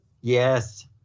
Yes